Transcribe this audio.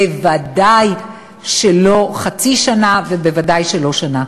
בוודאי שלא חצי שנה ובוודאי שלא שנה.